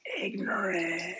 ignorant